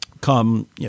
come